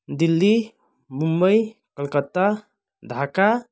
Delhi Mumbai Calcutta Dhaka